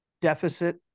deficit